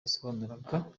yasobanuraga